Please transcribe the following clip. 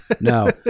No